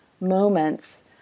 moments